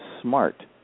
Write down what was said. smart